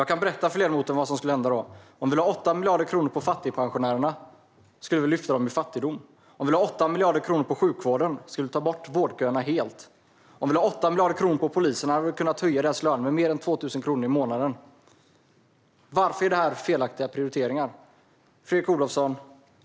Jag kan berätta för ledamoten vad som skulle hända då. Om vi lade 8 miljarder kronor på fattigpensionärerna skulle vi lyfta dem ur fattigdom. Om vi lade 8 miljarder på sjukvården skulle vi ta bort vårdköerna helt. Om vi lade 8 miljarder på polisen hade vi kunnat höja polislönen med mer än 2 000 kronor i månaden. Varför är detta felaktiga prioriteringar?